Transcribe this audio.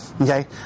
Okay